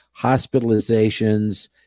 hospitalizations